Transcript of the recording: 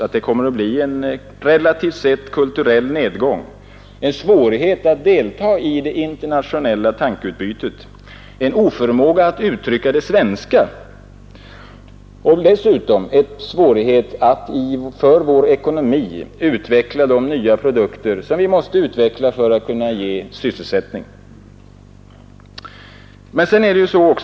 Det blir en kulturell nedgång, relativt sett, som kommer att innebära svårigheter att delta i det internationella tankeutbytet, en oförmåga att uttrycka det svenska. Vi kommer dessutom att få svårigheter att utveckla de nya produkter som vi måste utveckla för att kunna ge sysselsättning — vilket är nödvändigt för vår ekonomi.